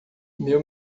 meu